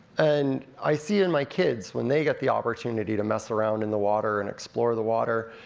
and i see in my kids, when they get the opportunity to mess around in the water, and explore the water,